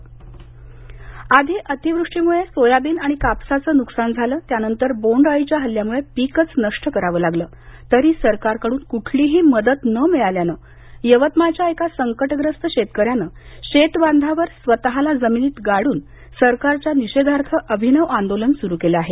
संकटग्रस्त शेतकरी आधी अतिवृष्टीमुळे सोयाबीन आणि कापसाचं नुकसान झालं त्यानंतर बोंडअळीच्या हल्ल्यामुळे पीकच नष्ट करावं लागलं तरी सरकारकडून कुठलीही मदत न मिळाल्याने यवतमाळच्या एका संकटग्रस्त शेतकऱ्यानं शेतबांधावर स्वतःला जमिनीत गाडून सरकारच्या निषेधार्थ अभिनव आंदोलन सुरु केलं आहे